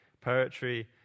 poetry